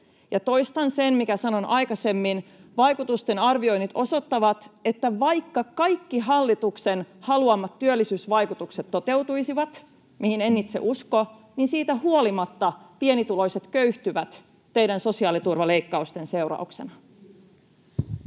Toistan sen, minkä sanoin aikaisemmin: vaikutusten arvioinnit osoittavat, että vaikka kaikki hallituksen haluamat työllisyysvaikutukset toteutuisivat — mihin en itse usko — niin siitä huolimatta pienituloiset köyhtyvät teidän sosiaaliturvaleikkaustenne seurauksena.